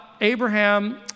Abraham